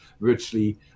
virtually